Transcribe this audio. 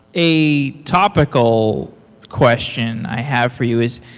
a topical question i have for you is,